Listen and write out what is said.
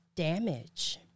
Damage